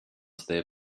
their